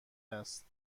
است